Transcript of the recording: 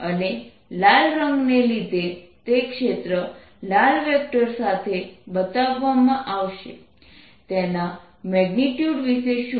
અને લાલ રંગને લીધે તે ક્ષેત્ર લાલ વેક્ટર સાથે બતાવવામાં આવશે તેના મેગ્નિટ્યુડ વિશે શું